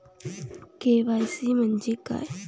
KYC म्हंजे काय?